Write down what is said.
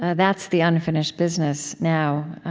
that's the unfinished business now.